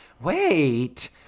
wait